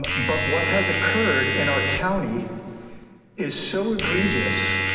but what has occurred in our county is so egregious,